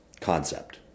concept